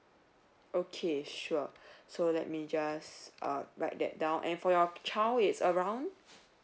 okay sure so let me just uh write that down and for your child it's around